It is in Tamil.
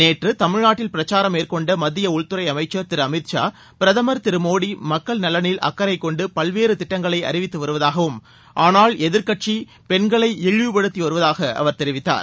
நேற்று தமிழ்நாட்டில் பிரச்சாரம் மேற்கொண்ட மத்திய உள்துறை அமைச்சர் திரு அமித் ஷா பிரதமர் திரு மோடி மக்கள் நலனில் அக்கறை கொண்டு பல்வேறு திட்டங்களை அறிவித்து வருவதாகவும் ஆனால் எதிர்கட்சி பெண்களை இழிவுபடுத்தி வருவதாக அவர் தெரிவித்தார்